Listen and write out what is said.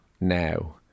now